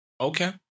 Okay